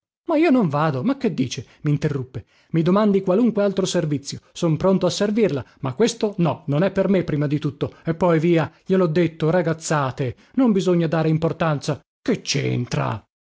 ma io non vado ma che dice m interruppe i domandi qualunque altro servizio son pronto a servirla ma questo no non è per me prima di tutto e poi via glie lho detto ragazzate non bisogna dare importanza che